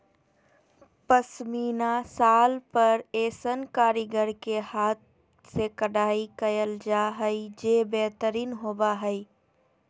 पश्मीना शाल पर ऐसन कारीगर के हाथ से कढ़ाई कयल जा हइ जे बेहतरीन होबा हइ